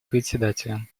председателем